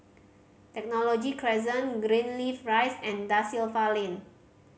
Technology Crescent Greenleaf Rise and Da Silva Lane